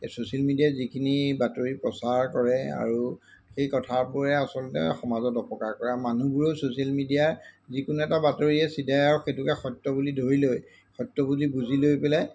এই ছ'চিয়েল মিডিয়াত যিখিনি বাতৰি প্ৰচাৰ কৰে আৰু সেই কথাবোৰে আচলতে সমাজত অপকাৰ কৰে মানুহবোৰেও ছ'চিয়েল মিডিয়াৰ যিকোনো এটা বাতৰিয়ে চিধাই আৰু সেইটোকে সত্য বুলি ধৰি লৈ সত্য বুলি বুজি লৈ পেলাই